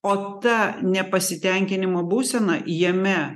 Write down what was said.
o ta nepasitenkinimo būsena jame